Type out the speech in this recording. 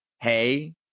Hey